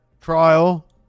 trial